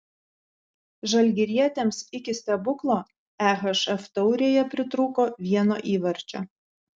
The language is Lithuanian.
žalgirietėms iki stebuklo ehf taurėje pritrūko vieno įvarčio